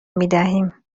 میدهیم